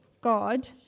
God